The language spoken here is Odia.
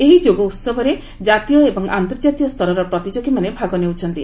ଏହି ଯୋଗ ଉହବରେ କାତୀୟ ଏବଂ ଆନ୍ତର୍ଜାତୀୟ ସ୍ତରର ପ୍ରତିଯୋଗୀମାନେ ଭାଗ ନେଉଛନ୍ତି